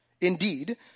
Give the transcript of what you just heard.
Indeed